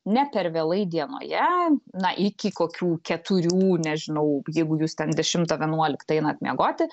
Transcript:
ne per vėlai dienoje na iki kokių keturių nežinau jeigu jūs ten dešimtą vienuoliktą einat miegoti